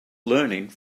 learning